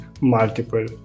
multiple